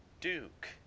Duke